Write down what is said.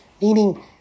Meaning